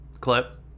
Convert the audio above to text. clip